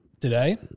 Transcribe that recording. today